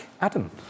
Adam